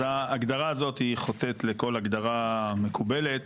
אז ההגדרה הזאת היא חוטאת לכל הגדרה מקובלת.